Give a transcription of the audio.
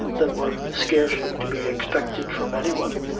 that were scarcely to be expected from any one,